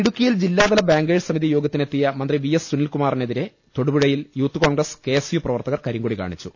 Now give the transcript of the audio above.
ഇടുക്കിയിൽ ജില്ലാതല ബാങ്കേഴ്സ് സമിതി യോഗത്തി നെത്തിയ മന്ത്രി വി എസ് സുനിൽകുമാറിനെതിരെ തൊടു പുഴയിൽ Youth Congress K S U പ്രവർത്തകർ കരിങ്കൊടി കാണിച്ചു